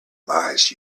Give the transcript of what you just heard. mice